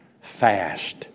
fast